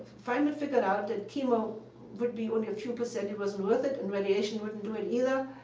feynman figured out that chemo would be only a few percent, it wasn't worth it. and radiation wouldn't do it either.